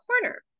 corner